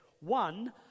One